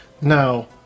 now